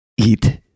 eat